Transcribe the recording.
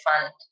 fund